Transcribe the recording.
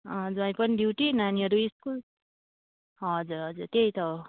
जुवाई पनि ड्युटी नानीहरू स्कुल हजुर हजुर त्यही त हो